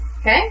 okay